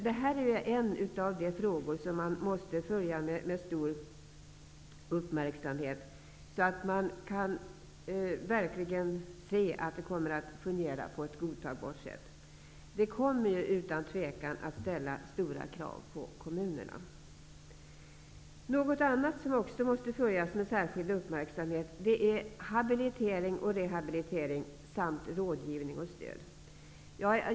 Det här är en av de frågor som man måste följa med stor uppmärksamhet, för att se efter att det kommer att fungera på ett godtagbart sätt. Det kommer utan tvivel att ställas stora krav på kommunerna. Andra frågor som också måste följas med särskild uppmärksamhet gäller habilitering och rehabilitering samt rådgivning och stöd.